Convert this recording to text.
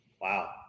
Wow